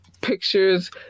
pictures